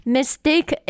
Mistake